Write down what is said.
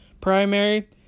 primary